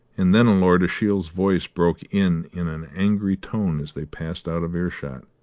and then lord ashiel's voice broke in in an angry tone as they passed out of earshot.